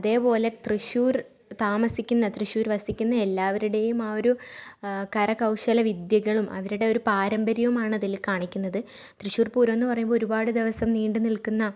അതേപോലെ തൃശ്ശൂർ താമസിക്കുന്ന തൃശ്ശൂർ വസിക്കുന്ന എല്ലാവരുടെയും ആ ഒരു കരകൗശല വിദ്യകളും അവരുടെ ഒരു പാരമ്പര്യവുമാണ് അതിൽ കാണിക്കുന്നത് തൃശ്ശൂർപൂരം എന്ന് പറയുമ്പോൾ ഒരുപാട് ദിവസം നീണ്ടു നിൽക്കുന്ന